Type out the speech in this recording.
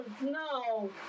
no